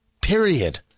Period